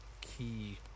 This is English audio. key